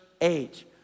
age